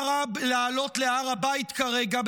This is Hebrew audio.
מה רע בלעלות להר הבית כרגע,